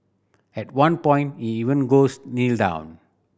at one point he even goes Kneel down